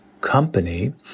company